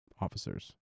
officers